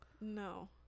No